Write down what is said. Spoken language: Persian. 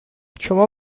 شما